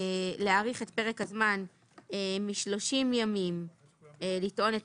להאריך את פרק הזמן מ-30 ימים לטעון את